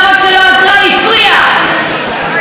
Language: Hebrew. ואת זה צריך להגיד לאזרחי ישראל.